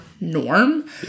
norm